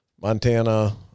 Montana